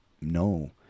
No